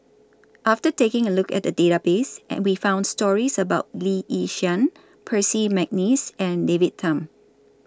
after taking A Look At The Database We found stories about Lee Yi Shyan Percy Mcneice and David Tham